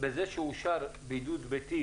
בזה שאושר בידוד ביתי